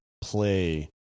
play